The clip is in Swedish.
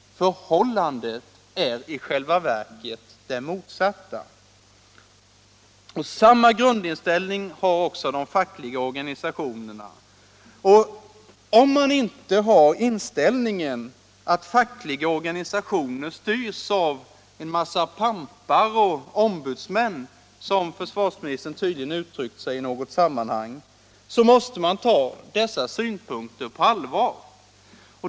Förhållandet är i själva verket det motsatta.” Samma grundinställning har de fackliga organisationerna. Och om man inte har inställningen att fackliga organisationer styrs av ”en massa pampar och ombudsmän”, som försvarsministern tydligen uttryckt det i något sammanhang, måste man ta dessa synpunkter på allvar.